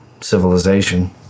civilization